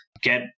get